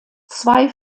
zwei